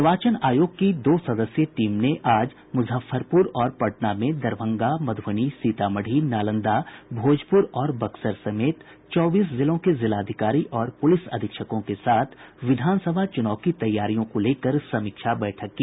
निर्वाचन आयोग की दो सदस्यीय टीम ने आज मूजफ्फरपूर और पटना में दरभंगा मधुबनी सीतामढ़ी नालंदा भोजपुर और बक्सर समेत चौबीस जिलों के जिलाधिकारी और पुलिस अधीक्षकों के साथ विधानसभा चुनाव की तैयारियों को लेकर समीक्षा बैठक की